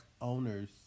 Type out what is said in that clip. owners